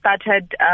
started